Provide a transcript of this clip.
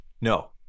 No